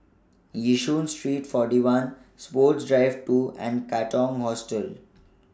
Yishun Street forty one Sports Drive two and Katong Hostel